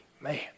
Man